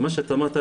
ומה שאמרת,